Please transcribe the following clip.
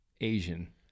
Asian